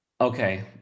Okay